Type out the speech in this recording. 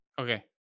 Okay